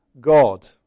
God